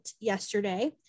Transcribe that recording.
yesterday